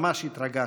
ממש התרגשנו.